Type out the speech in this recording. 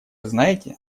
знаете